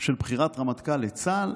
של בחירת רמטכ"ל לצה"ל,